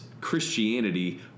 Christianity